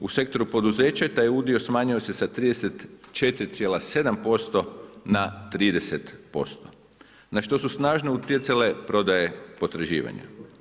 U sektoru poduzeća taj udio smanjuje se sa 34,7% na 30% na što su snažno utjecale prodaje potraživanja.